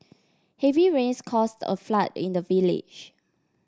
heavy rains caused a flood in the village